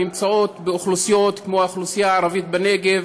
הנמצאות באוכלוסיות כמו האוכלוסייה הערבית בנגב